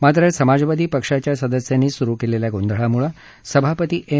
मात्र समाजवादी पक्षाच्या सदस्यांनी सुरू केलेल्या गोंधळामुळे सभापती एम